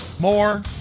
more